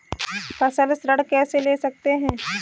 फसल ऋण कैसे ले सकते हैं?